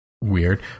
weird